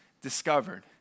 discovered